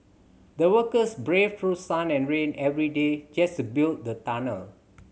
the workers braved through sun and rain every day just to build the tunnel